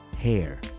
hair